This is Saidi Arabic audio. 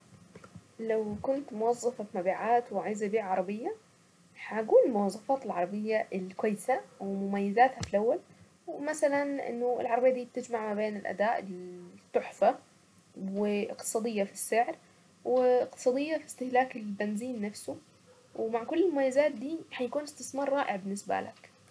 لو كنت موظفة في مبيعات وعايزة أبيع عربية، هقول مواصفات العربية الكويسة ومميزاتها في الاول، ومثلا انه العربية دي تجمع ما بين الاداء التحفة، واقتصادية في السعر، واقتصادية في استهلاك البنزين نفسه، ومع كل المميزات دي هيكون استثمار رائع بالنسبة لك.